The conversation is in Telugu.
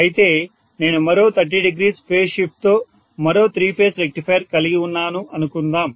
అయితే నేను మరో 300 ఫేజ్ షిఫ్ట్ తో మరో త్రీ పేజ్ రెక్టిఫైయర్ కలిగి ఉన్నాను అనుకుందాం